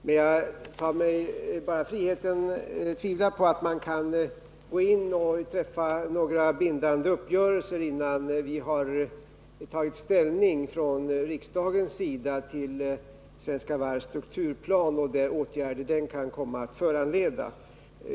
Men jag tar mig friheten att tvivla på att man kan gå in och träffa några bindande uppgörelser, innan riksdagen har tagit ställning till Svenska Varvs strukturplan och de åtgärder som den kan komma att föranleda.